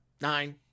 nine